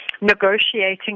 negotiating